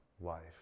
life